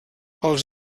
els